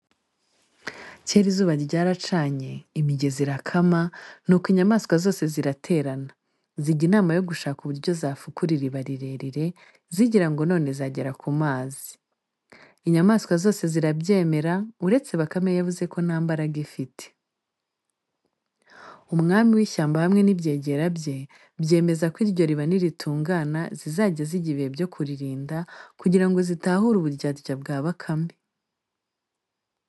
Kera izuba ryaracanye, imigezi irakama, nuko inyamaswa zose ziraterana, zijya inama yo gushaka uburyo zafukura iriba rirerire, zigira ngo none zagera ku mazi. Inyamaswa zose zirabyemera, uretse Bakame yavuze ko nta mbaraga ifite. Umwami w’ishyamba hamwe n'ibyegera bye, byemeza ko iryo riba niritungana zizajya zijya ibihe byo kuririnda, kugira ngo zitahure uburyarya bwa Bakame.